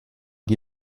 die